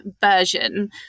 version